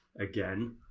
again